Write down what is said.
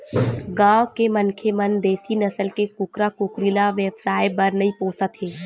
गाँव के मनखे मन देसी नसल के कुकरा कुकरी ल बेवसाय बर नइ पोसत हे